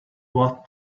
what